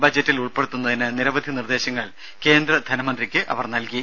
ബജറ്റിൽ ഉൾപ്പെടുത്തുന്നതിന് നിരവധി നിർദേശങ്ങൾ കേന്ദ്രധനമന്ത്രിക്ക് അവർ നൽകി